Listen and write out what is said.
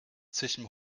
zwischen